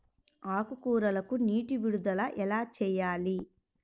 ఆకుకూరలకు నీటి విడుదల ఎలా చేయాలి?